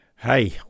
Hey